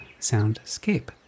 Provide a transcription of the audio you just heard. Soundscape